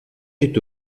est